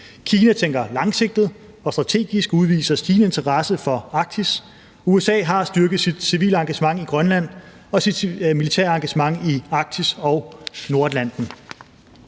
Kina tænker langsigtet og udviser stigende strategisk interesse for Arktis. USA har styrket sit civile engagement i Grønland og sit militære engagement i Arktis og Nordatlanten.